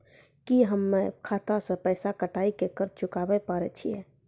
की हम्मय खाता से पैसा कटाई के कर्ज चुकाबै पारे छियै?